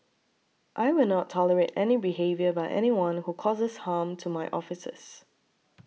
I will not tolerate any behaviour by anyone who causes harm to my officers